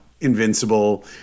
invincible